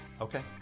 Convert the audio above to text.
Okay